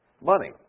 money